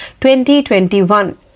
2021